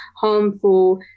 harmful